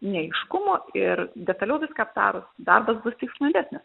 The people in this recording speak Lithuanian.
neaiškumo ir detaliau viską aptarus darbas bus tik sklandesnis